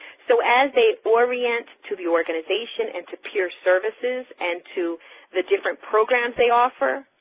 so as they orient to the organization and to peer services and to the different programs they offer,